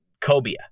cobia